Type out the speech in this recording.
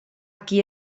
qui